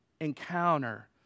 encounter